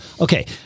Okay